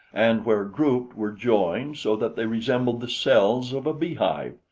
and where grouped were joined so that they resembled the cells of a bee-hive.